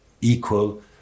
equal